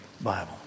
Bible